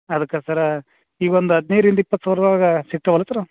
ಅದಕ್ಕೆ ಸರ ಈಗ ಒಂದು ಹದಿನೈದರಿಂದ ಇಪ್ಪತ್ತು ಸಾವಿರದ ಒಳಗೆ ಸಿಗ್ತಾವಲ್ಲ ಸರ